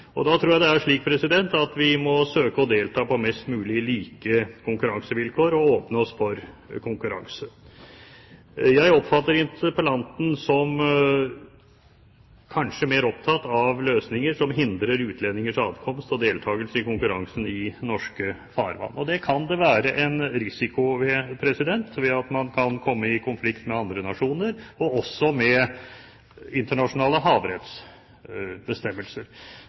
Og da tror jeg vi må søke å delta på mest mulig like konkurransevilkår og åpne oss for konkurranse. Jeg oppfatter interpellanten som kanskje mer opptatt av løsninger som hindrer utlendingers adkomst og deltagelse i konkurransen i norske farvann. Det kan det være en risiko med, ved at man kan komme i konflikt med andre nasjoner, og også med internasjonale havrettsbestemmelser.